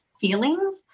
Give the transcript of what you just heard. feelings